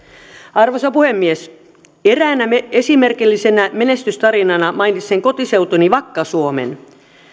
arvoisa puhemies eräänä esimerkillisenä menestystarinana mainitsen kotiseutuni vakka suomen